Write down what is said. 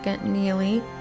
Neely